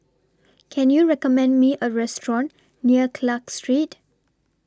Can YOU recommend Me A Restaurant near Clarke Street